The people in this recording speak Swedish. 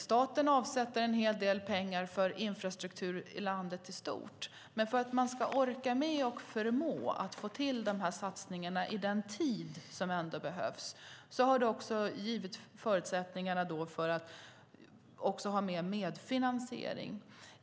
Staten avsätter en hel del pengar för infrastruktur i landet i stort, men för att orka med och förmå att få till satsningarna i den tid som de behövs, har det givits förutsättningar för medfinansiering.